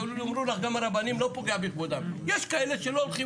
יש מקרים